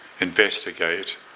investigate